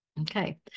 Okay